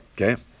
Okay